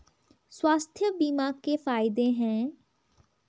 स्वास्थ्य बीमा के फायदे हैं?